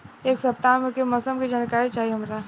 एक सपताह के मौसम के जनाकरी चाही हमरा